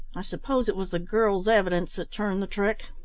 i suppose it was the girl's evidence that turned the trick?